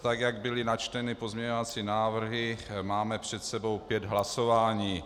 Tak jak byly načteny pozměňovací návrhy, máme před sebou pět hlasování.